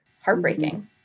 heartbreaking